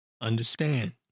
Understand